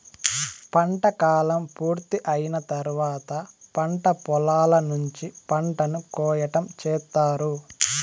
పంట కాలం పూర్తి అయిన తర్వాత పంట పొలాల నుంచి పంటను కోయటం చేత్తారు